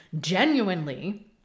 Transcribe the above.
genuinely